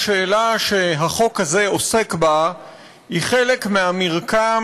השאלה שהחוק הזה עוסק בה היא חלק מהמרקם